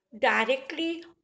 directly